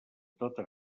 tota